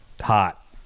hot